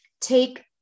take